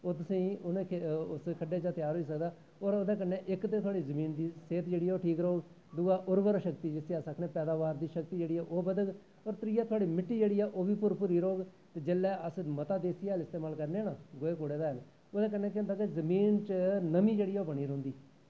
ओह् तुसें गी उस खड्ढे चा दा तेआर होई सकदा ओह्दे कन्नै साढ़ी जमीन दी सेह्त ठीक रौह्ग दूआ उरवर शक्ति पैदाबारशक्ति ओह् बधग और त्रीआ थोआढ़ी मिट्टी ओह् बी भुरभुरी रौह्ग जिसलै अस बड़ा देस्सी गोहे कूड़े दा हैल इस्तेमाल करने आं ना ओह्दे कन्नै जमीन च नमीं जेह्ड़ी ऐ ओह् बनी रौंह्दी ऐ